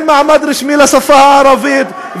ואין מעמד רשמי לשפה הערבית,